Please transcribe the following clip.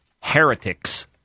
heretics